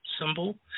symbol